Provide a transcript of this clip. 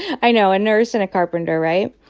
i know a nurse and a carpenter, right?